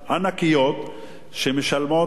שמשלמות פחות מ-3%,